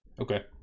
Okay